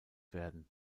werden